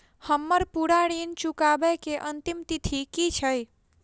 हम्मर पूरा ऋण चुकाबै केँ अंतिम तिथि की छै?